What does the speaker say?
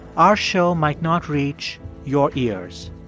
our show might not reach your ears.